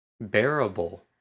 Bearable